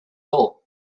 all